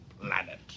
planet